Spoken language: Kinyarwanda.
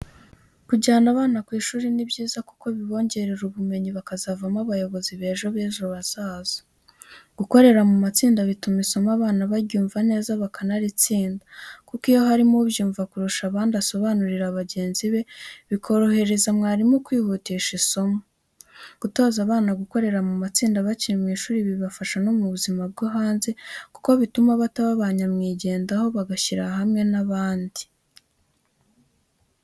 Kujyana abana ku ishuri ni byiza kuko bibongerera ubumenyi bakazavamo abayobozi beza bejo hazaza, gukorera mu matsinda bituma isomo abana baryumva neza bakanaritsinda, kuko iyo harimo ubyumva kurusha abandi asobanurira bagenzi be, bikoroheza n'umwarimu kwihutisha isomo, gutoza abana gukorera mu matsinda bakiri mu ishuri bibafasha no mu buzima bwo hanze, kuko bituma bataba ba nyamwigendaho, bagashyira hamwe n'abandi.